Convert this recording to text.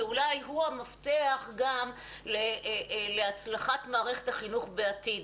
ואולי הוא המפתח גם להצלחת מערכת החינוך בעתיד.